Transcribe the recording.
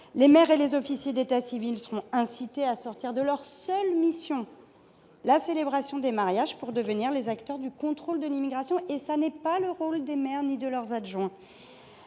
Les maires et les officiers d’état civil seront incités à sortir de leur seule mission, la célébration des mariages, pour devenir les acteurs du contrôle de l’immigration. Or, je le redis, tel n’est pas le rôle des maires ni celui de leurs adjoints.